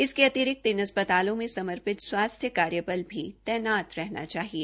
इसके अतिरिक्त इन अस्पतालों में समर्पित स्वास्थ्य कार्य बल भी तैनात रहना चाहिए